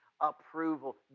approval